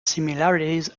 similarities